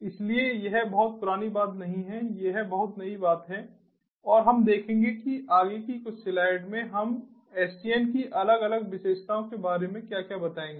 इसलिए यह बहुत पुरानी बात नहीं है यह बहुत नई बात है और हम देखेंगे कि आगे की कुछ स्लाइड्स में हम SDN की अलग अलग विशेषताओं के बारे में क्या क्या बताएंगे